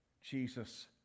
Jesus